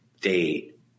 date